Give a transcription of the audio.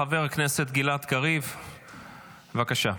חבר הכנסת גלעד קריב, בבקשה.